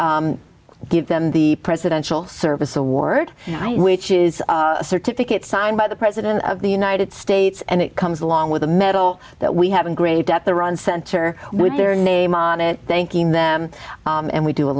give them the presidential service award which is a certificate signed by the press didn't of the united states and it comes along with a medal that we have a great debt the run center with their name on it thanking them and we do a